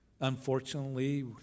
Unfortunately